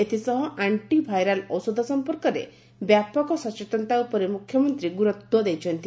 ଏଥିସହ antiviral ଔଷଧ ସମ୍ପର୍କରେ ବ୍ୟାପକ ସଚେତନତା ଉପରେ ମୁଖ୍ୟମନ୍ତୀ ଗୁରୁତ୍ୱ ଦେଇଛନ୍ତି